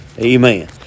Amen